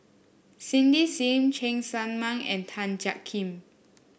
Cindy Sim Cheng Tsang Man and Tan Jiak Kim